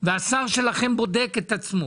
והשר שלכם בודק את עצמו